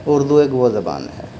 اردو ایک وہ زبان ہے